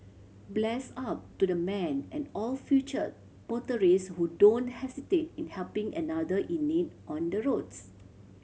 bless up to the man and all future motorist who don't hesitate in helping another in need on the roads